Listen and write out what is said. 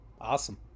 awesome